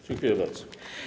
Dziękuję bardzo.